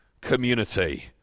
community